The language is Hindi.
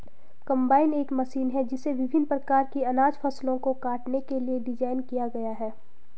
कंबाइन एक मशीन है जिसे विभिन्न प्रकार की अनाज फसलों को काटने के लिए डिज़ाइन किया गया है